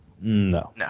No